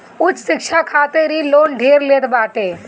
उच्च शिक्षा खातिर इ लोन ढेर लेत बाटे